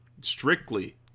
strictly